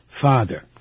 father